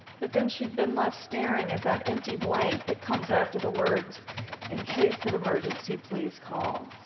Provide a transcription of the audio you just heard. but then she'd been left staring at that empty blank that comes after the words in case of emergency, please call.